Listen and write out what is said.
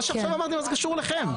מה שעכשיו אמרתי מה זה קשור אליכם?